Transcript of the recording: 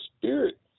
Spirit